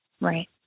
Right